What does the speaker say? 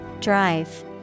Drive